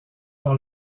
par